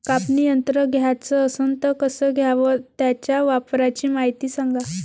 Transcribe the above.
कापनी यंत्र घ्याचं असन त कस घ्याव? त्याच्या वापराची मायती सांगा